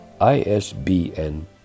ISBN